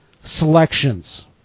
selections